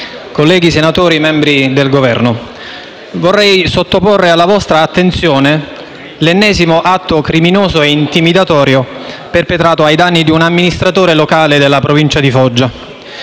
colleghi senatori, membri del Governo, vorrei sottoporre alla vostra attenzione l'ennesimo atto criminoso e intimidatorio perpetrato ai danni di un amministratore locale della Provincia di Foggia.